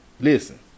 listen